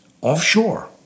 offshore